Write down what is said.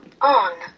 on